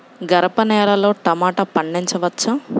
గరపనేలలో టమాటా పండించవచ్చా?